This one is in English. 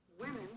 women